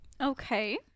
Okay